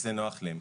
כי זה נוח להם.